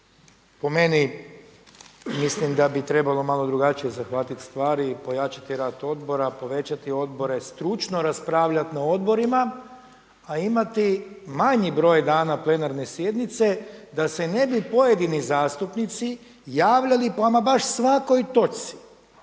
Po meni mislim da bi trebalo malo drugačije zahvatit stvari, pojačati rad odbora, povećati odbore, stručno raspravljati na odborima, a imati manji broj dana plenarne sjednice da se ne bi pojedini zastupnici javljali po ama baš svakoj točci,